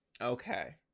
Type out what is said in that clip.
Okay